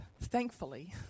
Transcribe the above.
thankfully